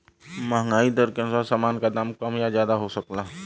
महंगाई दर के अनुसार सामान का दाम कम या ज्यादा हो सकला